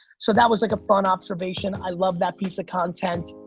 so that was like a fun observation. i love that piece of content.